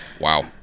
Wow